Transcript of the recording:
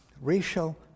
racial